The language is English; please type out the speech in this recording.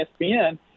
espn